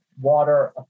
water